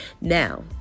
Now